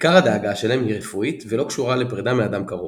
עיקר הדאגה שלהם היא רפואית ולא קשורה לפרידה מאדם קרוב.